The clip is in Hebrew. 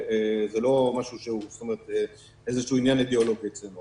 וזה לא איזשהו עניין אידיאולוגי אצלנו.